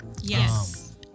Yes